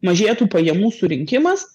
mažėtų pajamų surinkimas